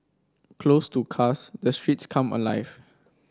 closed to cars the streets come alive